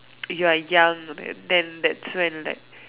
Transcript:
you are young then thats when like